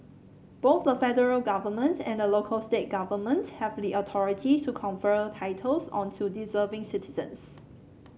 both the federal government and the local state government have the authority to confer titles onto deserving citizens